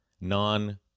non